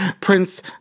Prince